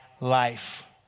life